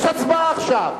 יש הצבעה עכשיו.